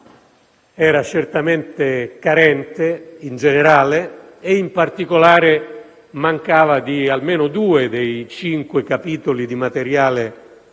era certamente carente in generale e, in particolare, mancava di almeno due dei cinque capitoli di materiale